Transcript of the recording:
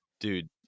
dude